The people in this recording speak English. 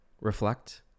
reflect